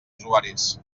usuaris